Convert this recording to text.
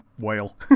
whale